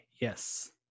Yes